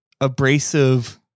abrasive